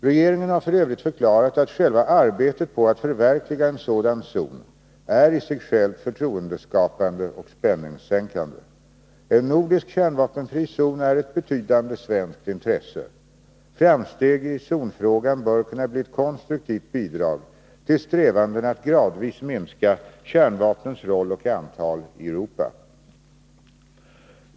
Regeringen har f. ö. förklarat, att själva arbetet på att förverkliga en sådan zon är i sig självt förtroendeskapande och spänningssänkande. En nordisk kärnvapenfri zon är ett betydande svenskt intresse. Framsteg i zonfrågan bör kunna bli ett konstruktivt bidrag till strävandena att gradvis minska kärnvapnens roll och antal i Europa.